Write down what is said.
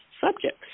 subjects